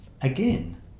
Again